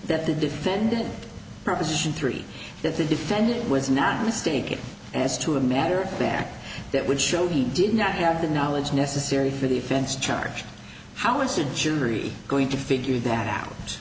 that the defendant proposition three that the defendant was not mistaken as to a matter of fact that would show he did not have the knowledge necessary for the offense charge how much the jury going to figure that out